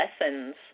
lessons